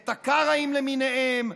את הקאראים למיניהם,